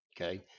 Okay